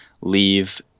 leave